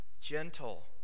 gentle